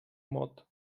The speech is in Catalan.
mot